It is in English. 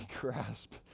grasp